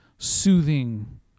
soothing